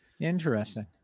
Interesting